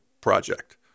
project